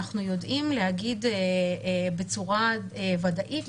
אנחנו יודעים להגיד בצורה ודאית,